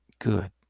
Good